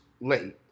late